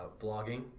vlogging